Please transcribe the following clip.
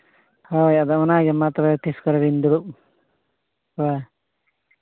ᱦᱳᱭ ᱚᱱᱟᱜᱮ ᱢᱟ ᱛᱚᱵᱮ ᱛᱤᱥ ᱠᱚᱨᱮ ᱵᱮᱱ ᱫᱩᱲᱩᱵᱼᱟ